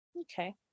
okay